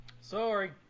Sorry